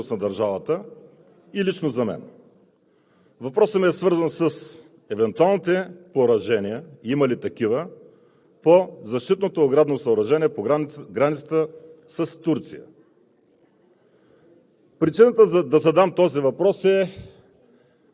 е от изключително значение за националната сигурност на държавата и лично за мен. Въпросът ми е свързан с евентуалните поражения и има ли такива по защитното оградно съоръжение по границата ни с Турция.